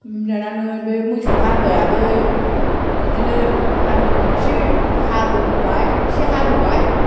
लोमजानानै बे मोसौ हालुआ याबो फान इसे हालौबाय इसे हालौबाय